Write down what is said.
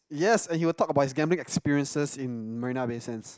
yes and he will talk about his gambling experiences in Marina Bay Sands